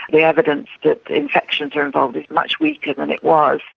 the evidence that infections are involved is much weaker than it was.